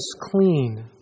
clean